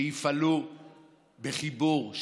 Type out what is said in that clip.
שיפעלו בחיבור,